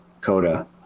Coda